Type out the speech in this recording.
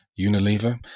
Unilever